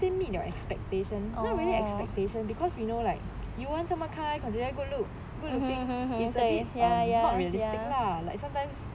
do you say meet your expectation not really expectations because we know like you want someone kind consider good look good looking it's a bit not realistic lah like sometimes